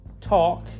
Talk